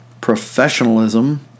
professionalism